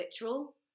literal